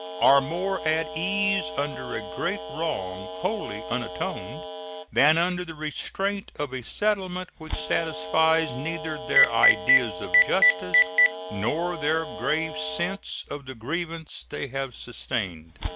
are more at ease under a great wrong wholly unatoned than under the restraint of a settlement which satisfies neither their ideas of justice nor their grave sense of the grievance they have sustained.